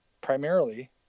primarily